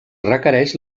requereix